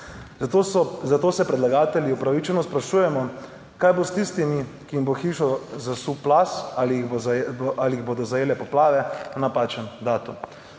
Zato se predlagatelji upravičeno sprašujemo, kaj bo s tistimi, ki jim bo hišo zasul plaz, ali jih bo ali jih bodo zajele poplave, napačen datum."